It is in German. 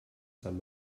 san